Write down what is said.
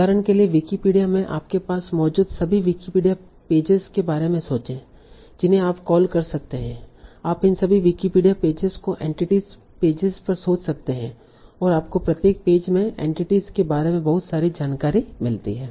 उदाहरण के लिए विकिपीडिया में आपके पास मौजूद सभी विकिपीडिया पेजेज के बारे में सोचें जिन्हें आप कॉल कर सकते हैं आप इन सभी विकिपीडिया पेजेज को एंटिटी पेजेज पर सोच सकते हैं और आपको प्रत्येक पेज में एंटिटीस के बारे में बहुत सारी जानकारी मिलती है